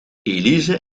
elise